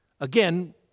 Again